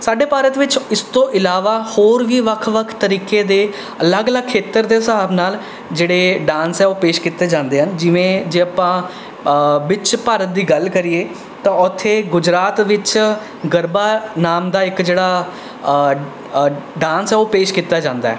ਸਾਡੇ ਭਾਰਤ ਵਿੱਚ ਇਸ ਤੋਂ ਇਲਾਵਾ ਹੋਰ ਵੀ ਵੱਖ ਵੱਖ ਤਰੀਕੇ ਦੇ ਅਲੱਗ ਅਲੱਗ ਖੇਤਰ ਦੇ ਹਿਸਾਬ ਨਾਲ ਜਿਹੜੇ ਡਾਂਸ ਹੈ ਉਹ ਪੇਸ਼ ਕੀਤੇ ਜਾਂਦੇ ਹਨ ਜਿਵੇਂ ਜੇ ਆਪਾਂ ਵਿੱਚ ਭਾਰਤ ਦੀ ਗੱਲ ਕਰੀਏ ਤਾਂ ਉੱਥੇ ਗੁਜਰਾਤ ਵਿੱਚ ਗਰਬਾ ਨਾਮ ਦਾ ਇੱਕ ਜਿਹੜਾ ਡਾਂਸ ਹੈ ਉਹ ਪੇਸ਼ ਕੀਤਾ ਜਾਂਦਾ ਹੈ